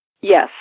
Yes